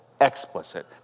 explicit